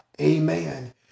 Amen